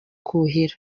kuhira